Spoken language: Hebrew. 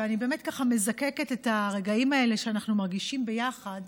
ואני באמת מזקקת את הרגעים האלה שאנחנו מרגישים בהם ביחד,